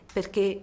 Perché